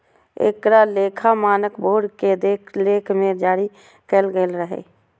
एकरा लेखा मानक बोर्ड के देखरेख मे जारी कैल गेल रहै